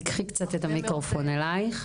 תקחי את המיקרופון קצת אלייך.